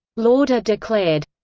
lauder declared